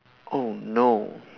oh no